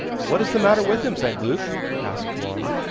what is the matter with him, st. luke? asked one.